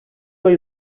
ayı